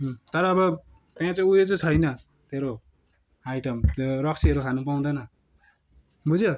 तर अब त्यहाँ चाहिँ ऊ यो चाहिँ छैन तेरो आइटम रक्सीहरू खानु पाउँदैन बुझ्यो